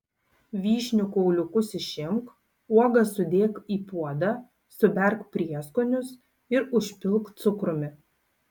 vyšnių kauliukus išimk uogas sudėk į puodą suberk prieskonius ir užpilk cukrumi